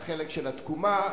לחלק של התקומה,